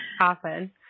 often